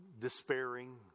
despairing